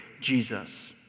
Jesus